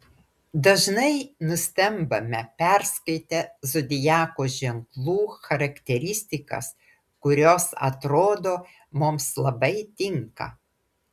dažnai nustembame perskaitę zodiako ženklų charakteristikas kurios atrodo mums labai tinka